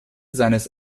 seines